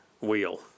wheel